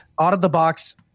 out-of-the-box